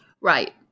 Right